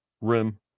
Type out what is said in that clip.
rim